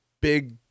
big